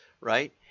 right